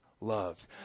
loved